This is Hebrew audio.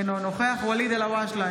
אינו נוכח ואליד אלהואשלה,